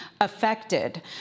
affected